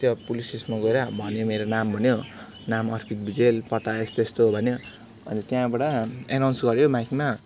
त्यो पुलिसमा गएर भनेँ मेरो नाम भन्यो नाम अर्पित भुजेल पता यस्तो यस्तो भन्यो अन्त त्यहाँबाट एनाउन्स गर्यो माइकमा